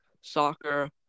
soccer